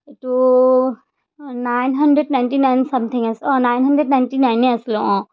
এইটো nine hundred ninety nine something আছে অঁ নাইন হণ্ড্ৰেড নাইনটি নাইনেই আছিলোঁ অঁ